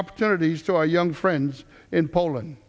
opportunities to our young friends in poland